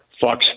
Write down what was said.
Fox